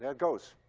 ah goes.